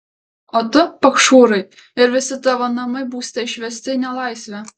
o tu pašhūrai ir visi tavo namai būsite išvesti į nelaisvę